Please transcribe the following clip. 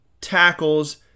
tackles